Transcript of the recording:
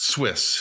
Swiss